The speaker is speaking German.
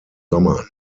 sommern